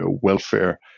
welfare